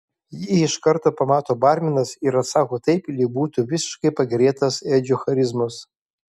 jį iš karto pamato barmenas ir atsako taip lyg būtų visiškai pakerėtas edžio charizmos